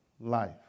life